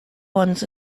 wants